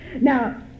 Now